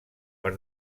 per